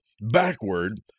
backward